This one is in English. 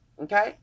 okay